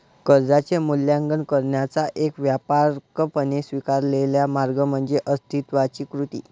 कर्जाचे मूल्यांकन करण्याचा एक व्यापकपणे स्वीकारलेला मार्ग म्हणजे अस्तित्वाची कृती